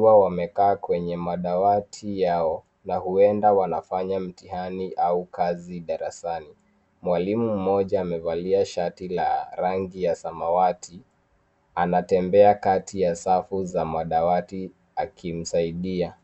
wameketi kwenye madawati yao na huenda wanafanya mitihani au kazi darasani. Mwalimu mmoja aliyevalia shati la rangi ya samawati anatembea kati ya safu za madawati akiwasaidia.